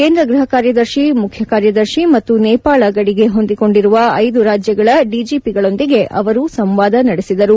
ಕೇಂದ್ರ ಗ್ಬಹ ಕಾರ್ಯದರ್ಶಿ ಮುಖ್ಯಕಾರ್ಯದರ್ಶಿ ಮತ್ತು ನೇಪಾಳ ಗಡಿಗೆ ಹೊಂದಿಕೊಂಡಿರುವ ಐದು ರಾಜ್ಯಗಳ ದಿಜಿಪಿಗಳೊಂದಿಗೆ ಅವರು ಸಂವಾದ ನಡೆಸಿದರು